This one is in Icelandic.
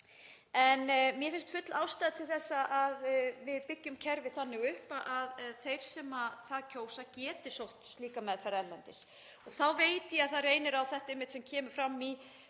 En mér finnst full ástæða til að við byggjum kerfið þannig upp að þeir sem það kjósa geti sótt slíka meðferð erlendis. Þá veit ég að það reynir einmitt á það sem kemur fram í